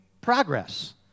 progress